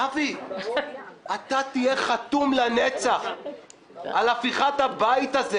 אבי, אתה תהיה חתום לנצח על הפיכת הבית הזה